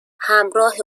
همراه